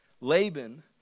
Laban